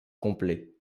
complet